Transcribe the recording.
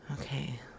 Okay